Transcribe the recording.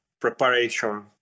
preparation